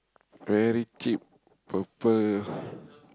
very cheap proper